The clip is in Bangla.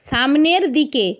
সামনের দিকে